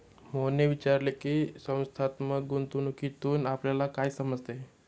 मोहनने विचारले की, संस्थात्मक गुंतवणूकीतून आपल्याला काय समजते?